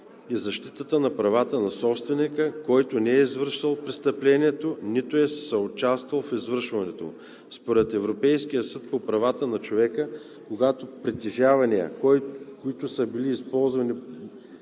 и защитата на правата на собственика, който не е извършил престъплението, нито е съучаствал в извършването му. Според Европейския съд по правата на човека, когато притежания, които са били използвани